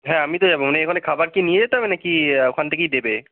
হ্যাঁ আমি তো যাব মানে ওখানে কি খাবার নিয়ে যেতে হবে না কি ওখান থেকেই দেবে